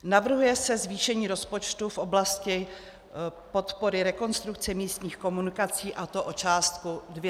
Navrhuje se zvýšení rozpočtu v oblasti podpory rekonstrukce místních komunikací, a to o částku 250 mil. Kč.